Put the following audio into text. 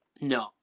No